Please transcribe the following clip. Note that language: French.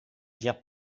dire